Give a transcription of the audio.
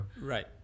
Right